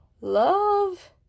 Love